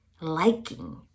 liking